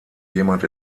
jemand